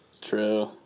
True